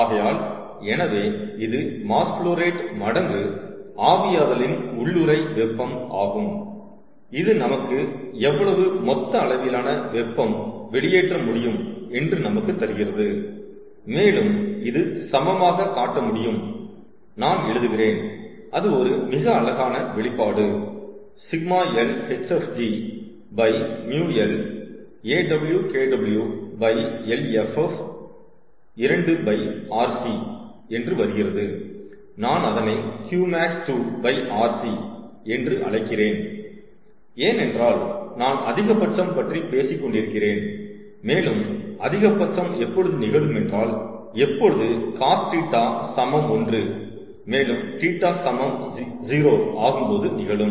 ஆகையால் எனவே இது மாஸ் ஃபுலோ ரேட் மடங்கு ஆவியாதலின் உள்ளுறை வெப்பம் ஆகும் இது நமக்கு எவ்வளவு மொத்த அளவிலான வெப்பம் வெளியேற்ற முடியும் என்று நமக்கு தருகிறது மேலும் இது சமமாக காட்ட முடியும் நான் எழுதுகிறேன் அது ஒரு மிக அழகான வெளிப்பாடு 𝜎l hfg μl Aw KwLeff 2rc என்று வருகிறது நான் அதனை Q max 2rc என்று அழைக்கிறேன் ஏனென்றால் நான் அதிகபட்சம் பற்றி பேசிக் கொண்டிருக்கிறேன் மேலும் அதிகபட்சம் எப்பொழுது நிகழும் என்றால் எப்பொழுது cos θ சமம் 1 மேலும் θ சமம் 0 ஆகும்போது நிகழும்